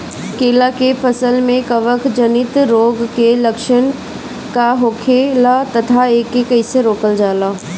केला के फसल में कवक जनित रोग के लक्षण का होखेला तथा एके कइसे रोकल जाला?